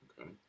Okay